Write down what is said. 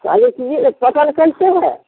चालीस यह पटल कैसे है